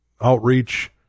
outreach